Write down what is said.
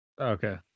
Okay